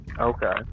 Okay